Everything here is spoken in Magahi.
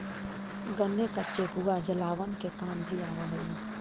गन्ने का चेपुआ जलावन के काम भी आवा हई